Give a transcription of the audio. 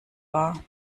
war